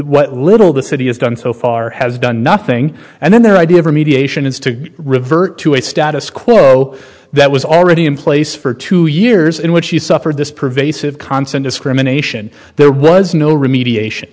what little the city has done so far has done nothing and then their idea of remediation is to revert to a status quo that was already in place for two years in which she suffered this pervasive constant discrimination there was no remediation